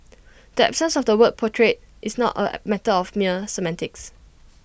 the absence of the word portrayed is not A matter of mere semantics